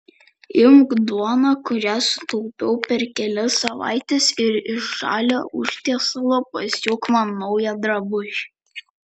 imk duoną kurią sutaupiau per kelias savaites ir iš žalio užtiesalo pasiūk man naują drabužį